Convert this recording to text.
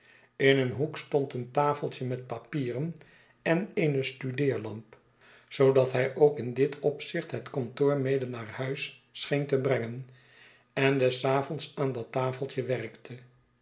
in een hoek stond een tafeltje met papieren en eene studeerlamp zoodat hij ook in dit opzicht het kantoor mede naar huis scheen te brengen en des avonds aan dat tafeltje werkte